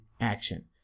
action